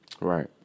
Right